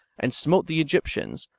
and smote the egyp tians,